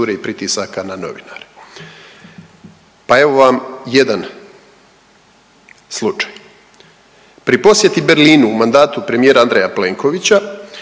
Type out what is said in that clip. i pritisaka na novinare. Pa evo vas jedan slučaj, pri posjeti Berlinu u mandatu premijera Andreja Plenkovića